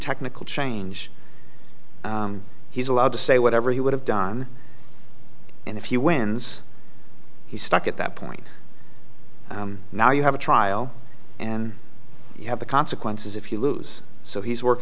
technical change he's allowed to say whatever he would have done in the few wins he's stuck at that point now you have a trial and you have the consequences if you lose so he's worked